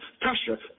pressure